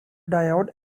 diode